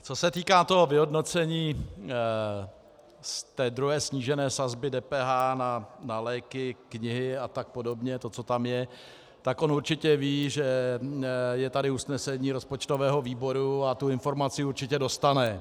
Co se týká toho vyhodnocení z druhé snížené sazby DPH na léky, knihy a tak podobně, to, co tam je, tak on určitě ví, že je tady usnesení rozpočtového výboru a tu informaci určitě dostane.